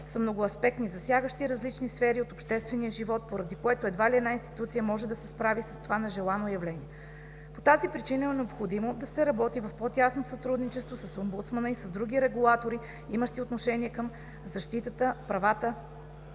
са многоаспектни, засягащи различни сфери от обществения живот, поради което едва ли една институция може да се справи с това нежелано явление. По тази причина е необходимо да се работи в по-тясно сътрудничество с Омбудсмана и с други регулатори, имащи отношение към защитата на правата